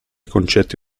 concetti